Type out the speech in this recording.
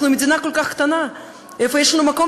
אנחנו מדינה כל כך קטנה,